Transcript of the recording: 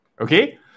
Okay